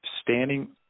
standing